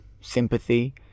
sympathy